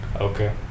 Okay